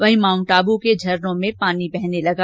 वहीं माउन्ट आबू के झरनों में पानी बहने लगा